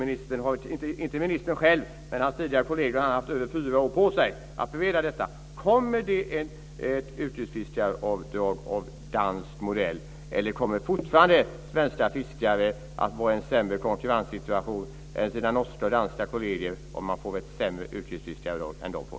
Inte enbart ministern själv, men hans tidigare kollega och han, har haft fyra år på sig att bereda detta. Kommer det ett yrkesfiskaravdrag av dansk modell, eller kommer fortfarande svenska fiskare att vara i en sämre konkurrenssituation än sina norska och danska kolleger genom att de får ett sämre yrkesfiskaravdrag än vad de får?